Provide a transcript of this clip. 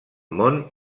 món